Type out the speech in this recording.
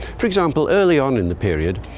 for example, early on in the period,